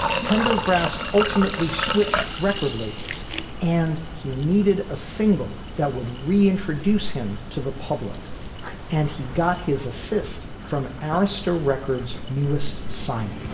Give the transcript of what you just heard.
pendergrass ultimately switched record labels and he needed a single that would reintroduce him to the public and he got his assist from arista records newest signing.